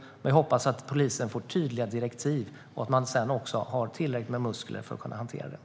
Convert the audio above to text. Jag hoppas att polisen också får tydliga direktiv och man sedan också har tillräckligt med muskler för att kunna hantera detta.